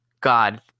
God